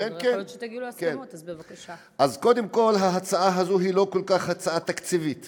אבל אתה הופך את הצעת החוק להצעה לסדר-היום,